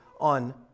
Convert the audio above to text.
on